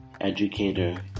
educator